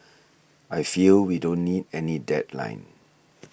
I feel we don't need any deadline